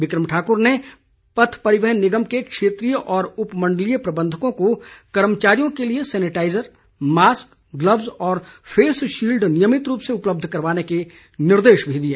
बिक्रम ठाकुर ने पथ परिवहन निगम के क्षेत्रीय और उपमंडलीय प्रबंधकों को कर्मचारियों के लिए सैनेटाइज़र मास्क गल्बज़ और फेसशील्ड नियमित रूप से उपलब्ध करवाने के निर्देश भी दिए